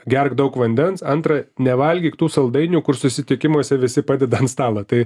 gerk daug vandens antra nevalgyk tų saldainių kur susitikimuose visi padeda ant stalo tai